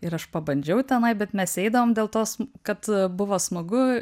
ir aš pabandžiau tenai bet mes eidavom dėl tos kad buvo smagu